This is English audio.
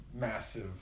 massive